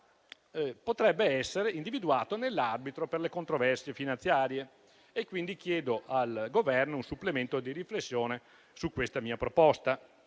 potrebbe essere individuato nell'arbitro per le controversie finanziarie (ACF). Chiedo quindi al Governo un supplemento di riflessione su questa mia proposta.